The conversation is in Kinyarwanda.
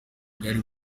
bwari